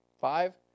five